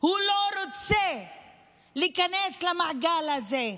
הוא לא רוצה להיכנס למעגל הזה.